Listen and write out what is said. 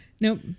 Nope